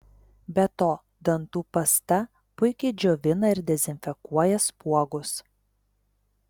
be to dantų pasta puikiai džiovina ir dezinfekuoja spuogus